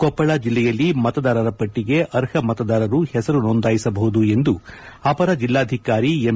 ಕೊಪ್ಪಳ ಜಿಲ್ಲೆಯಲ್ಲಿ ಮತದಾರರ ಪಟ್ಟಿಗೆ ಅರ್ಹ ಮತದಾರರು ಹೆಸರು ನೊಂದಾಯಿಸಬಹುದು ಎಂದು ಅಪರ ಜಿಲ್ಲಾಧಿಕಾರಿ ಎಂ